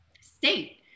state